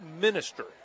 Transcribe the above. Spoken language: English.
minister